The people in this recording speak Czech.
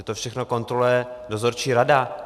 Že to všechno kontroluje dozorčí rada.